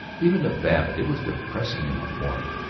even to babbitt it was depressing in the morning,